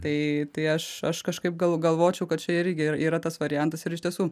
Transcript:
tai tai aš aš kažkaip gal galvočiau kad čia irgi yra yra tas variantas ir iš tiesų